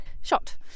shot